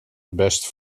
best